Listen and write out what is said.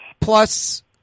plus –